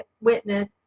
witness